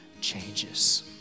changes